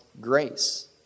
grace